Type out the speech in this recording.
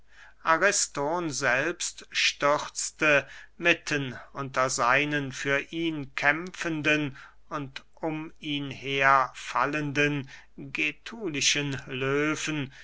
ariston selbst stürzte mitten unter seinen für ihn kämpfenden und um ihn her fallenden getulischen löwen